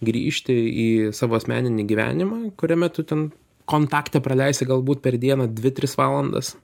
grįžti į savo asmeninį gyvenimą kuriame tu ten kontakte praleisi galbūt per dieną dvi tris valandas